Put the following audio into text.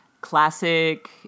classic